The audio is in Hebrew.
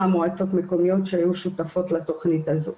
מועצות מקומיות שהיו שותפות לתוכנית הזו.